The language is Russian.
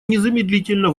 незамедлительно